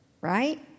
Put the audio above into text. right